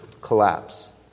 collapse